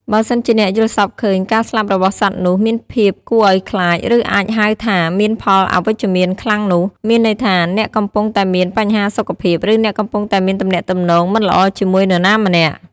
បើសិនជាអ្នកយល់សប្តិឃើញ ការស្លាប់របស់សត្វនោះ មានភាពគួរឲ្យខ្លាចឬអាចហៅថា មានផលអវិជ្ជមានខ្លាំងនោះ មានន័យថាអ្នកកំពុងតែមាន បញ្ហាសុខភាព ឬអ្នកកំពុងតែមានទំនាក់ទំនង មិនល្អជាមួយនរណាម្នាក់។